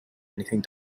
anything